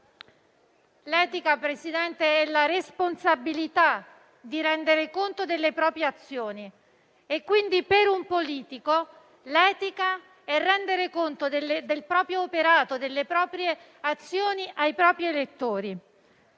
è la responsabilità di rendere conto delle proprie azioni. Quindi, per un politico l'etica è rendere conto del proprio operato e delle proprie azioni ai propri elettori,